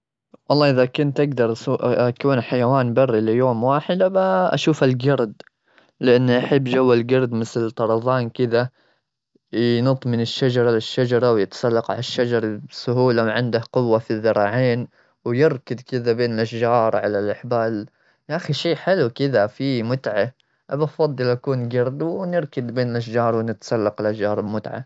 والله، إذا كنت أقدر أسوق-أكون حيوان بري ليوم واحد، أبا أشوف الجرد. لأنه أحب جو الجرد، مثل طرزان كذا، ينط من الشجرة للشجرة ويتسلق على الشجر بسهولة، وعنده قوة في الذراعين. ويركد كذا بين الأشجار على الأحبال، يا أخي، شي حلو كذا، فيه متعة. أبا أفضل أكون قرد ونركد بين الأشجار ونتسلق الأشجار، المتعة.